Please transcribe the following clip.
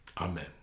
Amen